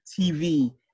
TV